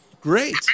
Great